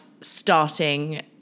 starting